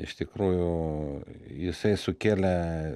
iš tikrųjų jisai sukėlė